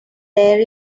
there